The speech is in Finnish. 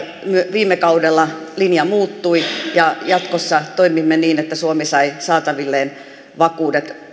viime kaudella linja muuttui ja jatkossa toimimme niin että suomi sai saatavilleen vakuudet